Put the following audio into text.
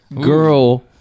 girl